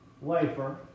wafer